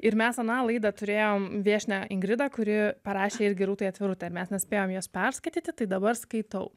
ir mes aną laida turėjome viešnią ingridą kuri parašė ir gerūtai atvirutę mes nespėjom jas perskaityti tai dabar skaitau